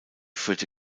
führte